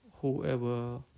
whoever